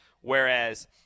whereas